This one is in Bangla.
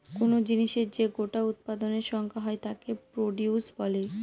কোন জিনিসের যে গোটা উৎপাদনের সংখ্যা হয় তাকে প্রডিউস বলে